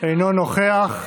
אינו נוכח.